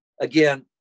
Again